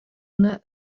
una